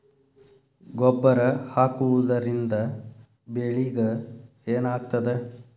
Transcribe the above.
ಗೊಬ್ಬರ ಹಾಕುವುದರಿಂದ ಬೆಳಿಗ ಏನಾಗ್ತದ?